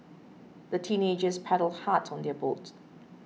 the teenagers paddled hard on their boat